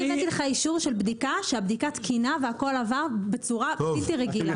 אני הבאתי אישור שהבדיקה תקינה והכול עבר בצורה בלתי רגילה.